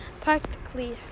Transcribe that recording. practically